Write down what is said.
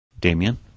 Damien